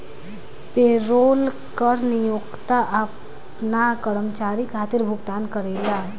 payroll कर नियोक्ता आपना कर्मचारी खातिर भुगतान करेला